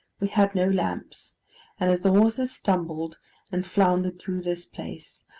we had no lamps and as the horses stumbled and floundered through this place,